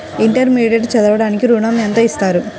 Intermediate చదవడానికి ఋణం ఎంత ఇస్తారు?